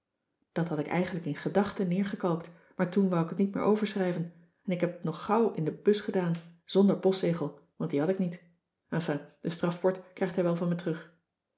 dat had ik eigenlijk in gedachten neergekalkt maar toen wou ik het niet meer overschrijven en ik heb t nog gauw in de bus gedaan zonder postzegel want die had ik niet enfin de strafport krijgt hij wel van me terug